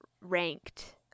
Ranked